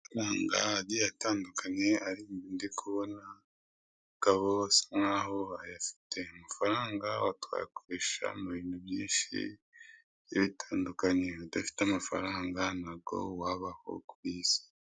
Amafaranga agiye atandukanye ari umuntu ndi kubona umugabo usa nkaho ayafite. Amafaranga tukaba twayakoresha mu bintu byinshi, bitandukanye, udafite amafaranga ntabwo wabaho kuri iyi si.